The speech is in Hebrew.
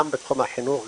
גם בתחום החינוך,